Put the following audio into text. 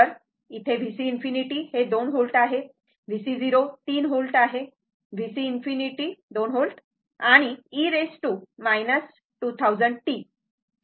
तर VC∞ हे 2 V आहे VC0 3V VC ∞ 2 Vआहे आणि e 2000t